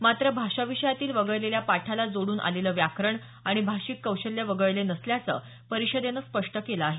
मात्र भाषा विषयातील वगळलेल्या पाठाला जोडून आलेले व्याकरण आणि भाषिक कौशल्य वगळले नसल्याचं परिषदेनं स्पष्ट केलं आहे